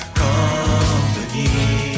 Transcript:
company